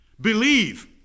Believe